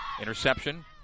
Interception